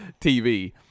TV